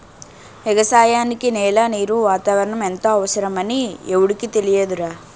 ఎగసాయానికి నేల, నీరు, వాతావరణం ఎంతో అవసరమని ఎవుడికి తెలియదురా